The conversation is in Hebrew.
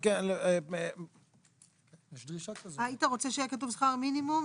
ההפרשה לקרן השתלמות למשל.